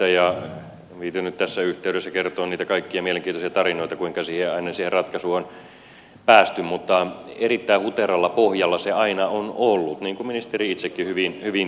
en viitsi nyt tässä yhteydessä kertoa niitä kaikkia mielenkiintoisia tarinoita kuinka aina siihen ratkaisuun on päästy mutta erittäin huteralla pohjalla se aina on ollut niin kuin ministeri itsekin hyvin tietää